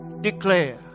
declare